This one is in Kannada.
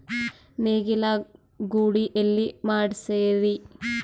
ನೇಗಿಲ ಗೂಳಿ ಎಲ್ಲಿ ಮಾಡಸೀರಿ?